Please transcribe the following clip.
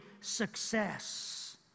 success